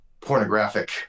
pornographic